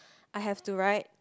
I have to write